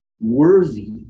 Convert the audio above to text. worthy